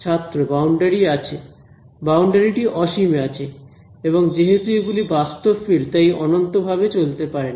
ছাত্র বাউন্ডারির আছে বাউন্ডারি টি অসীমে আছে এবং যেহেতু এগুলি বাস্তব ফিল্ড তাই অনন্ত ভাবে চলতে পারে না